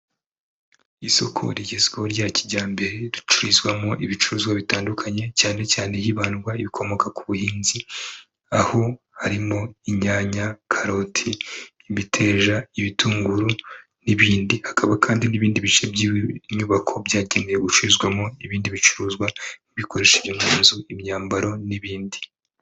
Isoko rigezweho rya kijyambere ricururizwamo ibicuruzwa bitandukanye, cyane cyane hibandwa ibikomoka ku buhinzi, aho harimo inyanya, karoti, imiteja, ibitunguru n'ibindi, hakaba kandi n'ibindi bice by'inyubako byagenewe gucururizwamo ibindi bicuruzwa, ibikoresho byo mu nzu, imyambaro n'ibindi.